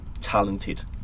Talented